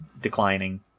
declining